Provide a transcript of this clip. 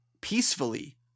peacefully